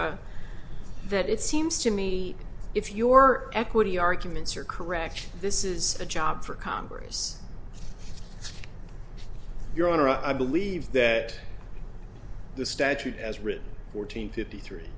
e that it seems to me if your equity arguments are correct this is a job for congress your honor i believe that the statute as written fourteen fifty three